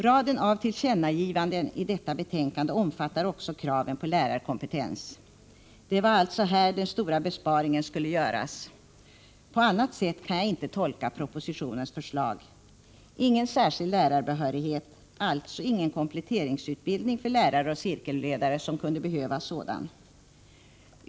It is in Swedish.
Raden av tillkännagivanden i detta betänkande omfattar också kraven i fråga om lärarkompetensen. Det var alltså här den stora besparingen skulle göras — på annat sätt kan jag inte tolka propositionens förslag: ingen särskild lärarbehörighet, alltså ingen kompletteringsutbildning för lärare och cirkelledare som kunde behöva sådan.